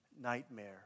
nightmare